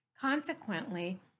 Consequently